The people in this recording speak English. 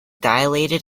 dilated